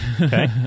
okay